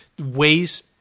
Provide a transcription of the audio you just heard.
ways